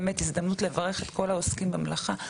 באמת הזדמנות לברך את כל העוסקים במלאכה.